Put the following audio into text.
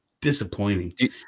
disappointing